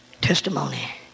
testimony